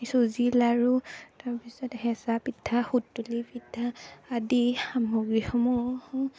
চুজি লাড়ু তাৰপিছত হেঁচা পিঠা সুতুলি পিঠা আদি সামগ্ৰীসমূহ